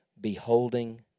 Beholding